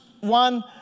one